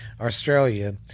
Australia